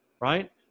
Right